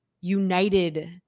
united